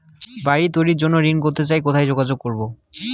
বাড়ি তৈরির জন্য ঋণ করতে চাই কোথায় যোগাযোগ করবো?